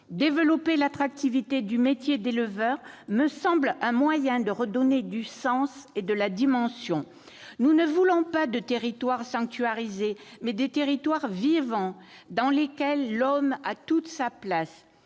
Développer l'attractivité du métier d'éleveur me semble un moyen de redonner du sens et de la dimension. Nous ne voulons pas de territoire sanctuarisé, mais des territoires vivants dans lesquels l'homme a toute sa place.